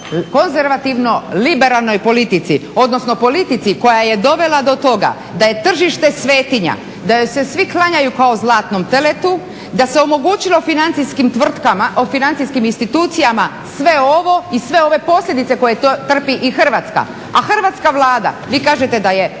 konzervativno-liberalnoj politici odnosno politici koja je dovela do toga da je tržište svetinja, da joj se svi klanjanju kao zlatnom teletu, da se omogućilo financijskim institucijama sve ovo i sve ove posljedice koje trpi i Hrvatska, a hrvatska Vlada vi kažete da je